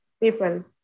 people